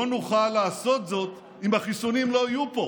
לא נוכל לעשות זאת אם החיסונים לא יהיו פה.